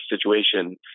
situation